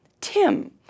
Tim